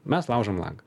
mes laužom langą